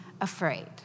afraid